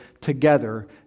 together